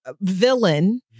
villain